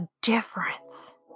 difference